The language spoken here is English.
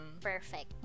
perfect